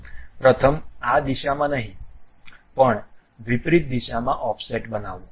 પ્રથમ આ દિશામાં નહીં પણ વિપરીત દિશામાં ઓફસેટ બનાવો